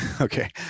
okay